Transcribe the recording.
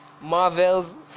Marvel's